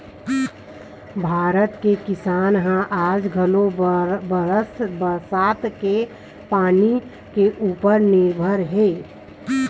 भारत के किसानी ह आज घलो बरसा के पानी के उपर निरभर हे